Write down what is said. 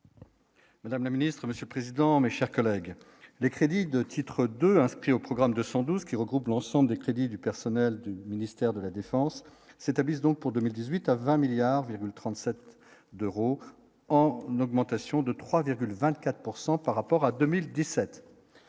Madame la Ministre, Monsieur le Président, mes chers collègues, les crédits de titres de inscrit au programme de 212. Qui regroupe l'ensemble des crédits du personnel du ministère de la défense s'établissent donc pour 2018 à 20 milliards Wielun. 37 2 roues en n'augmentation de 3,24 pourcent par rapport à 2017